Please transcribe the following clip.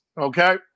Okay